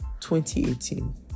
2018